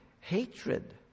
hatred